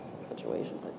situation